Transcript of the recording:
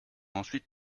ensuite